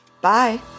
Bye